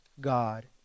God